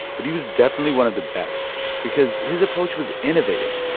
but he was definitely one of the best because his approach was innovative.